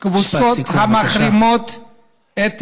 קבוצות המחרימות את ישראל,